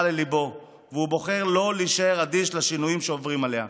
לליבו והוא בוחר לא להישאר אדיש לשינויים שעוברים עליה.